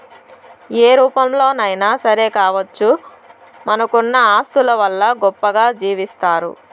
ఏ రూపంలోనైనా సరే కావచ్చు మనకున్న ఆస్తుల వల్ల గొప్పగా జీవిస్తారు